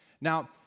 Now